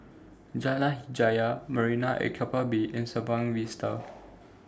Jalan Hajijah Marina At Keppel Bay and Sembawang Vista